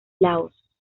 laos